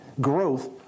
growth